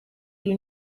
you